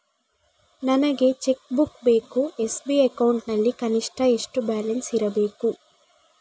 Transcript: ನನಗೆ cheque book ಬೇಕು SB account ನಲ್ಲಿ ಕನಿಷ್ಠ ಎಷ್ಟು ಬ್ಯಾಲೆನ್ಸ್ ಇರಬೇಕು?